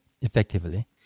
effectively